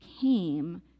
came